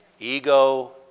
Ego